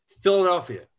Philadelphia